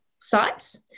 sites